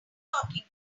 talking